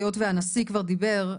היות והנשיא כבר דיבר.